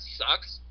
sucks